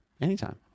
anytime